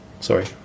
Sorry